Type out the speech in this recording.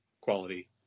quality